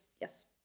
yes